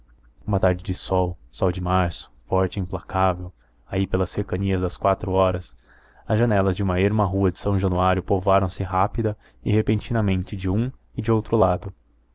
uma tarde de sol sol de março forte e implacável aí pelas cercanias das quatro horas as janelas de uma erma rua de são januário povoaram se rápida e repentinamente de um e de outro lado